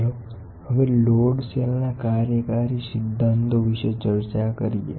ચાલો હવે લોડ સેલના કાર્યકારી સિદ્ધાંતો વિશે ચર્ચા કરીએ